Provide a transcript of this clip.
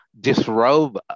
disrobe